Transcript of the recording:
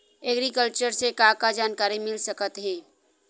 Agriculture से का का जानकारी मिल सकत हे?